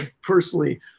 personally